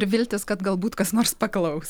ir viltis kad galbūt kas nors paklaus